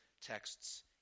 texts